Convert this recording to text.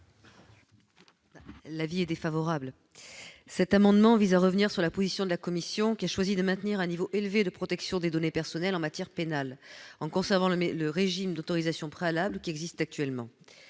l'avis de la commission ? Cet amendement vise à revenir sur la position de la commission, qui a choisi de maintenir un niveau élevé de protection des données personnelles en matière pénale, en conservant le régime d'autorisation préalable qui existe actuellement.